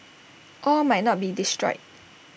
all might not be destroyed